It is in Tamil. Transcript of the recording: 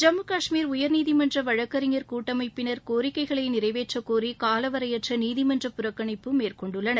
ஜம்மு கஷ்மீர் உயர்நீதிமன்ற வழக்கறிஞர் கூட்டமைப்பினர் கோரிக்கைகளை நிறைவேற்றக் கோரி காலவரையற்ற நீதிமன்ற புறக்கணிப்பு மேற்கொண்டுள்ளனர்